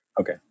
Okay